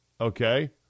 Okay